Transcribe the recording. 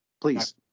please